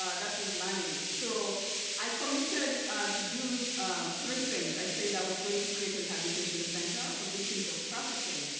ah that was learning. so i committed to do three things. i said i was going to create a rehabilitation center for victims of trafficking.